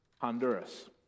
Honduras